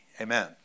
Amen